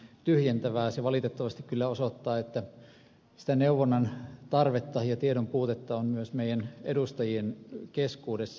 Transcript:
se valitettavasti kyllä osoittaa että sitä neuvonnan tarvetta ja tiedon puutetta on myös meidän edustajien keskuudessa